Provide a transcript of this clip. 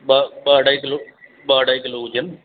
ॿ ॿ अढ़ाई किलो ॿ अढ़ाई किलो हुजनि